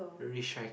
recycle